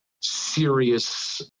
serious